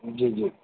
જીજી